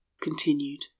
continued